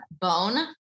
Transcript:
bone